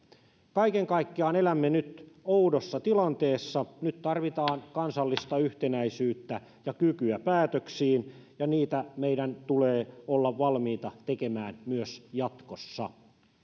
kaiken kaikkiaan elämme nyt oudossa tilanteessa nyt tarvitaan kansallista yhtenäisyyttä ja kykyä päätöksiin ja niitä meidän tulee olla valmiita tekemään myös jatkossa